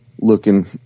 looking